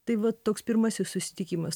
tai va toks pirmasis susitikimas